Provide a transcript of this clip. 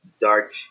dark